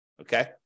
Okay